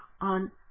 on